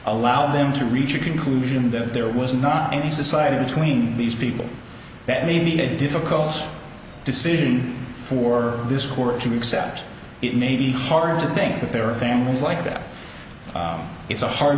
allowed them to reach a conclusion that there was not any society between these people that may be a difficult decision for this court to accept it may be hard to think that there are families like that it's a hard